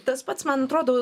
tas pats man atrodo